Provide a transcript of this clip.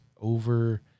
over